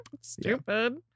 Stupid